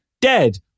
dead